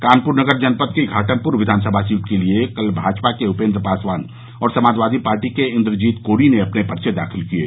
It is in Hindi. कानपुर नगर जनपद की घाटमपुर विधानसमा सीट के लिए आज भाजपा के उपेन्द्र पासवान और समाजवादी पार्टी के इन्द्रजीत कोरी ने अपने पर्चे दाखिल किये